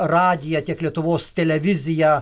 radiją tiek lietuvos televiziją